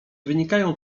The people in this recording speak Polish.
wynikają